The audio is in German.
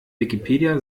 wikipedia